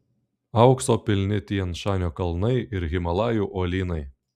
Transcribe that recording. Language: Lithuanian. aukso pilni tian šanio kalnai ir himalajų uolynai